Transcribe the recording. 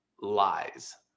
lies